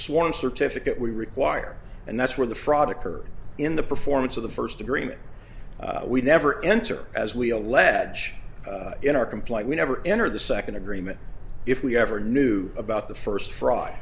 sworn certificate we require and that's where the fraud occurred in the performance of the first agreement we never enter as we allege in our complaint we never entered the second agreement if we ever knew about the first fraud